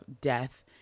death